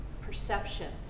perception